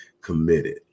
committed